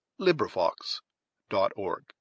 LibriVox.org